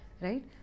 Right